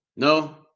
No